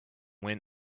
went